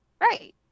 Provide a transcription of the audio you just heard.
Right